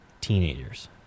teenagers